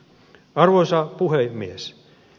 arvoisa puhemies